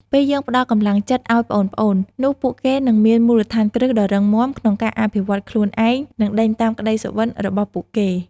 ពេលយើងផ្តល់កម្លាំងចិត្តឲ្យប្អូនៗ នោះពួកគេនឹងមានមូលដ្ឋានគ្រឹះដ៏រឹងមាំក្នុងការអភិវឌ្ឍខ្លួនឯង និងដេញតាមក្តីសុបិនរបស់ពួកគេ។